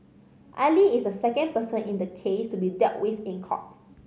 Ali is the second person in the case to be dealt with in court